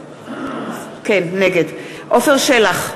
נגד עפר שלח,